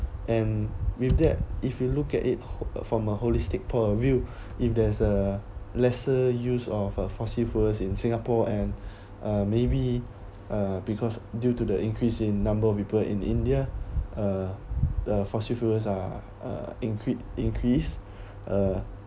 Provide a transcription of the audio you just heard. and with that if you look at it from a holistic point of view if there's a lesser use of a fossil fuel in singapore and uh maybe uh because due to the increase in the number of people in india uh the fossil fuels are uh incre~ increase uh